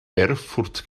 erfurt